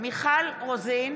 מיכל רוזין,